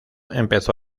empezó